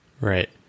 Right